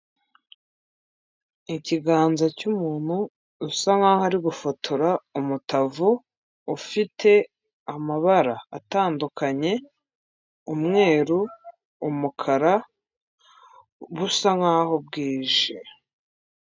Ikiganza cy'umuntu usa nkaho ari gufotora umutavu ufite amabara atandukanye umweru, umukara busa nkaho bwije.